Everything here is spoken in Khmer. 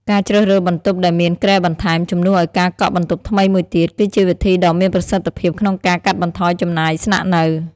ការជ្រើសរើសបន្ទប់ដែលមានគ្រែបន្ថែម ជំនួសឱ្យការកក់បន្ទប់ថ្មីមួយទៀត គឺជាវិធីដ៏មានប្រសិទ្ធភាពក្នុងការកាត់បន្ថយចំណាយស្នាក់នៅ។